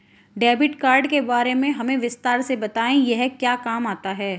Debit card के बारे में हमें विस्तार से बताएं यह क्या काम आता है?